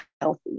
healthy